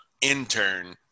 intern